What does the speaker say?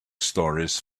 stories